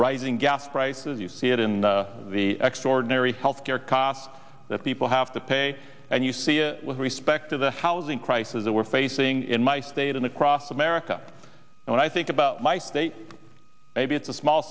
rising gas prices you see it in the extraordinary health care costs that people have to pay and you see it with respect to the housing crisis that we're facing in my state and across america and i think about my state maybe it's a small